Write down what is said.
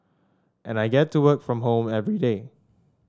and I get to work from home everyday